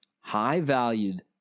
high-valued